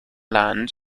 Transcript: land